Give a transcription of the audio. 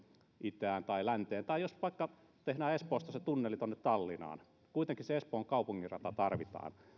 itään tai länteen tai jos vaikka tehdään espoosta se tunneli tuonne tallinnaan niin kuitenkin se espoon kaupunkirata tarvitaan